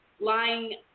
lying